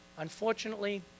Unfortunately